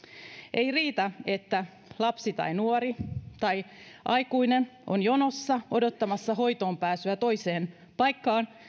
ei riitä että lapsi tai nuori tai aikuinen on jonossa odottamassa hoitoonpääsyä toiseen paikkaan